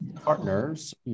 partners